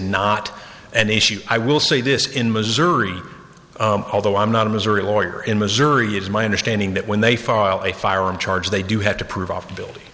not an issue i will say this in missouri although i'm not a missouri lawyer in missouri is my understanding that when they file a firearm charge they do have to prove off the building